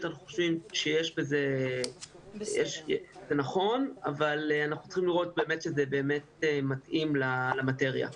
אנחנו חושבים שזה נכון אבל אנחנו צריכים לראות שזה באמת מתאים למאטריה.